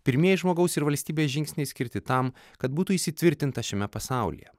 pirmieji žmogaus ir valstybės žingsniai skirti tam kad būtų įsitvirtinta šiame pasaulyje